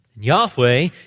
Yahweh